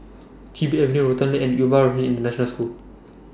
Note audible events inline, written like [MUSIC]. Chin Bee Avenue Rotan Lane and Yuva [UNINTELLIGIBLE] International School